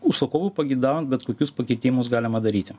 užsakovui pageidaujant bet kokius pakitimus galima daryti